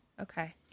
Okay